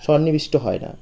সন্নিবিষ্ট হয় না